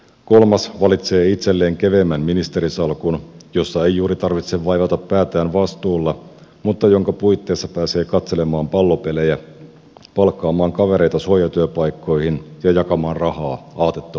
kolmas valitsee itselleen keveimmän ministerisalkun jossa ei juuri tarvitse vaivata päätään vastuulla mutta jonka puitteissa pääsee katselemaan pallopelejä palkkaamaan kavereita suojatyöpaikkoihin ja jakamaan rahaa aatetovereille